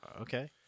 Okay